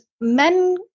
men